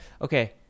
Okay